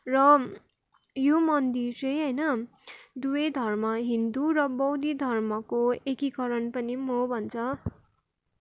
र यो मन्दिर चाहिँ होइन दुवै धर्म हिन्दू र बौद्ध धर्मको एकीकरण पनि हो भन्छ